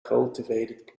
cultivated